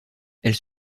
elles